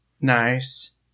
Nice